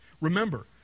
Remember